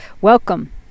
Welcome